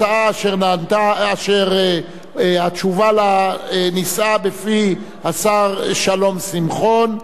הצעה אשר התשובה לה נישאה בפי השר שלום שמחון.